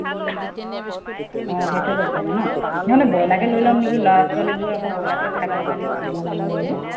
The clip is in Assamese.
অঁ সেইটোৱে কৰিব লাগে নহ্ তেনেহ'লে ব্ৰইলাৰকে লৈ ল'ম নেকি ল'ৰা ছোৱালীবোৰে আকৌ ব্ৰয়লাৰটোৱে খাই ভাল পায় নহয় কোমল আমল যে